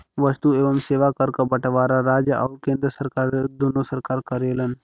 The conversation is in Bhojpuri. वस्तु एवं सेवा कर क बंटवारा राज्य आउर केंद्र दूने सरकार करलन